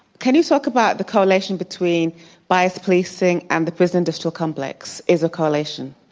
can you talk about the correlation between biased policing and the prison industrial complex as a correlation?